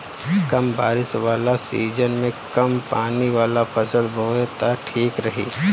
कम बारिश वाला सीजन में कम पानी वाला फसल बोए त ठीक रही